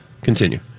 continue